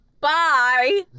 Bye